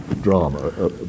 drama